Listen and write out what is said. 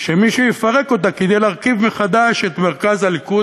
שמישהו שיפרק אותה כדי להרכיב מחדש את מרכז הליכוד